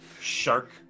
shark